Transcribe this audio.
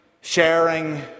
sharing